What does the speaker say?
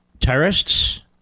terrorists